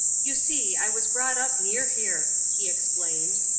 you see, i was brought up near here, he explained.